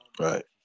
right